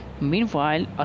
meanwhile